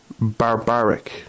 barbaric